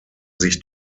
sich